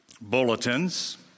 bulletins